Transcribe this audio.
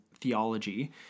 theology